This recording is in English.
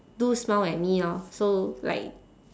do smile at me orh so like